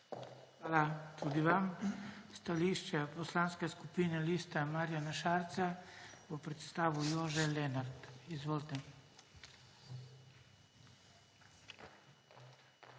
Hvala tudi vam. Stališče Poslanske skupine Liste Marjana Šarca bo predstavil Jože Lenart. Izvolite.